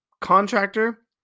Contractor